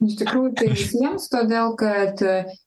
iš tikrųjų tai visiems todėl kad